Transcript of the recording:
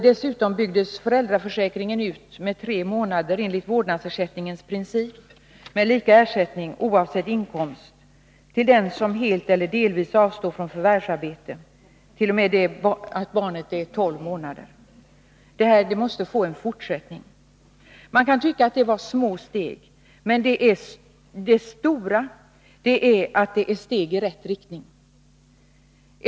Dessutom byggdes föräldraförsäkringen ut med tre månader enligt principen om vårdnadsersättning — lika ersättning, oavsett inkomst till den som helt eller delvis avstår från att förvärvsarbeta till dess att barnet blivit tolv månader. Detta måste få fortsätta. Man kan tycka att detta var små steg. Men det stora är att det är steg i rätt riktning.